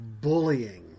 bullying